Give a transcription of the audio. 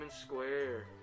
Square